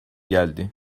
geldi